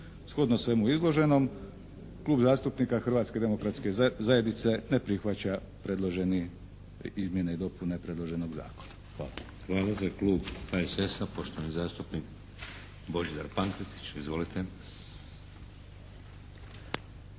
Shodno svemu izloženom Klub zastupnika Hrvatske demokratske zajednice ne prihvaća predloženi, izmjene i dopune predloženog Zakona. Hvala. **Šeks, Vladimir (HDZ)** Hvala. Za klub HSS-a, poštovani zastupnik Božidar Pankretić. Izvolite.